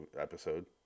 episode